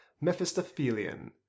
Mephistophelian